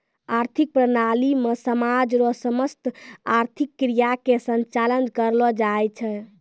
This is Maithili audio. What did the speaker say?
आर्थिक प्रणाली मे समाज रो समस्त आर्थिक क्रिया के संचालन करलो जाय छै